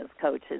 coaches